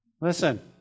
Listen